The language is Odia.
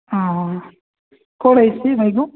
ହଁ ହଁ କ'ଣ ହୋଇଛି ଭାଇକୁ